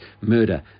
murder